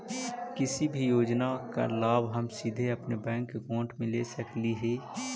किसी भी योजना का लाभ हम सीधे अपने बैंक अकाउंट में ले सकली ही?